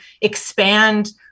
expand